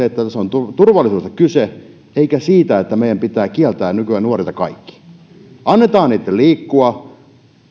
että tässä on turvallisuudesta kyse eikä siitä että meidän pitää kieltää nykyajan nuorilta kaikki annetaan heidän liikkua